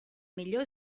millor